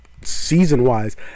season-wise